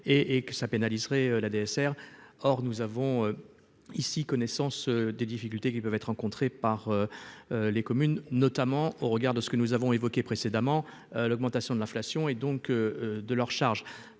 et que ça pénaliserait la DSR or nous avons ici connaissance des difficultés qui peuvent être rencontrées par les communes, notamment au regard de ce que nous avons évoqués précédemment, l'augmentation de l'inflation et donc de leur charge,